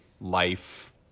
life